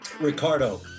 Ricardo